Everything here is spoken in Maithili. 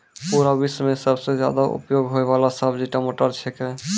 पूरा विश्व मॅ सबसॅ ज्यादा उपयोग होयवाला सब्जी टमाटर छेकै